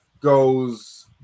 goes